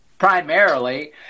Primarily